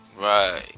Right